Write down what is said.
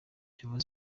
kiyovu